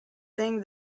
thing